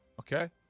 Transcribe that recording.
okay